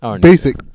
Basic